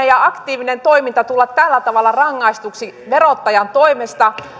ja aktiivinen toiminta tulla tällä tavalla rangaistuksi verottajan toimesta